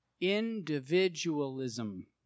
Individualism